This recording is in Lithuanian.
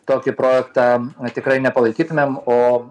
tokį projektą tikrai nepalaikytumėm o